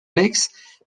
lex